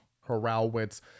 Horowitz